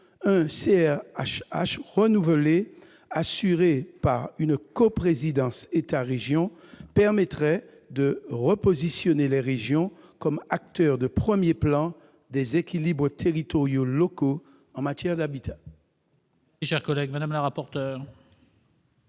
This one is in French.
un CRHH renouvelé, coprésidé par l'État et la région permettrait de repositionner les régions comme acteur de premier plan des équilibres territoriaux locaux en matière d'habitat.